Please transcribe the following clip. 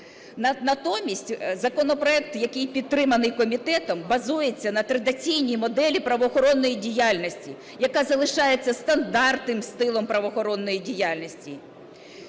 Натомість законопроект, який підтриманий комітетом, базується на традиційній моделі правоохоронної діяльності, яка залишається стандартним стилем правоохоронної діяльності.